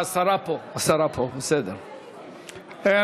התשע"ו 2016,